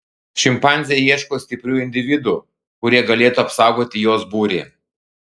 šimpanzė ieško stiprių individų kurie galėtų apsaugoti jos būrį